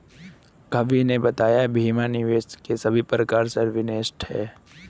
कवि ने बताया बीमा निवेश के सभी प्रकार में सर्वश्रेष्ठ है